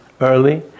early